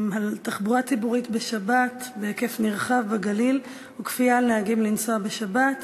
תחבורה ציבורית בשבת בהיקף נרחב בגליל וכפיית נהגים לנסוע בשבת.